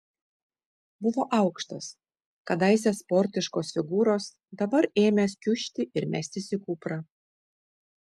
buvo aukštas kadaise sportiškos figūros dabar ėmęs kiužti ir mestis į kuprą